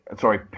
Sorry